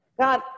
God